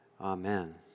Amen